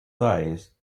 dyes